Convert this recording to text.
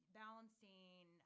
balancing